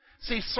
See